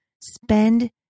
spend